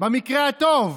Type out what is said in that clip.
במקרה הטוב.